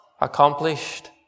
accomplished